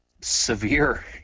severe